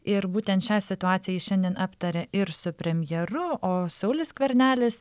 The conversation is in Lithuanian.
ir būtent šią situaciją jis šiandien aptarė ir su premjeru o saulius skvernelis